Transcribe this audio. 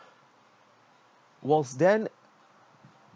was then